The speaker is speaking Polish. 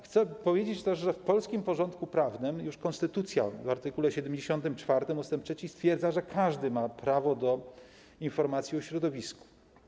Chcę też powiedzieć, że w polskim porządku prawnym już konstytucja w art. 74 ust. 3 stwierdza, że każdy ma prawo do informacji o środowisku.